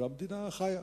והמדינה חיה,